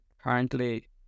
currently